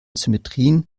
symmetrien